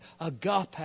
agape